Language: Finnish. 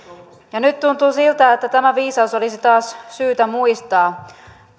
nyt tuntuu siltä että tämä viisaus olisi taas syytä muistaa